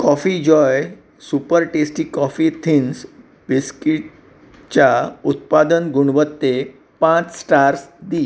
coffee joy super tasty coffee thins बिस्किटच्या उत्पादन गुणवत्तेक पांच स्टार्स दी